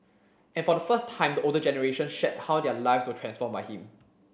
and for the first time the older generation shared how their lives were transformed by him